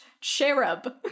cherub